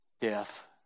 death